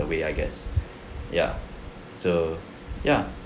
the way I guess ya so ya